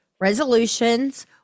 resolutions